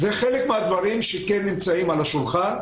אלה חלק מהדברים שנמצאים על השולחן.